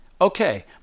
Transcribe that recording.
Okay